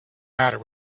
matter